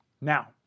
Now